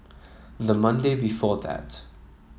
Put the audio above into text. the Monday before that